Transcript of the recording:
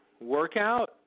Workout